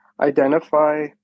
identify